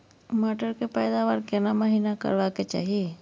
मटर के पैदावार केना महिना करबा के चाही?